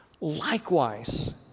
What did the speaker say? Likewise